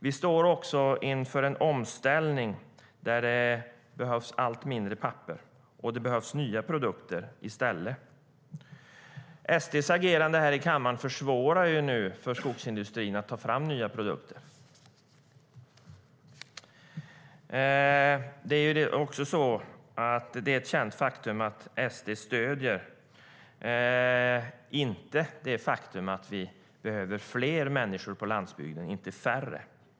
Vi står också inför en omställning där det behövs allt mindre papper, och det behövs nya produkter i stället. SD:s agerande här i kammaren försvårar för skogsindustrierna att ta fram nya produkter. Det är också ett känt faktum att SD inte håller med om att vi behöver fler människor på landsbygden, inte färre.